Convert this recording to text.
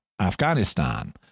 Afghanistan